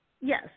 Yes